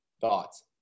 Thoughts